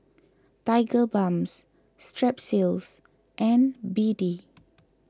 Tigerbalm Strepsils and B D